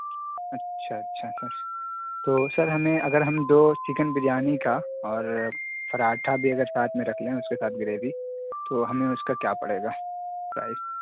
اچھا اچھا سر تو سر ہمیں اگر ہم دو چکن بریانی کا اور پراٹھا بھی اگر ساتھ میں رکھ لیں اس کے ساتھ گریوی تو ہمیں اس کا کیا پڑے گا پرائز